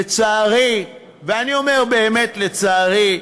לצערי, ואני אומר באמת, לצערי,